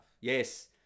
Yes